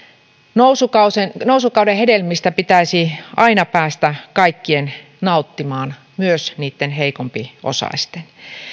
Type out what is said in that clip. nousukauden hedelmistä pitäisi aina päästä kaikkien nauttimaan myös niitten heikompiosaisten